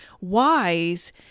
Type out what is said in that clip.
wise